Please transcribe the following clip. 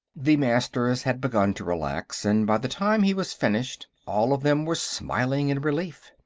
the masters had begun to relax, and by the time he was finished all of them were smiling in relief.